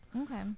Okay